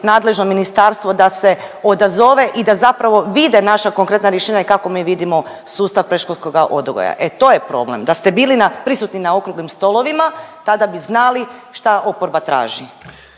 nadležno ministarstvo da se odazove i da zapravo vide naša konkretna rješenja i kako mi vidimo sustav predškolskoga odgoja. E to je problem, da ste bili prisutni na okruglim stolovima, tada bi znali šta oporba traži.